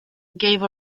gave